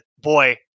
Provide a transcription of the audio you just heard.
boy